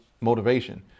motivation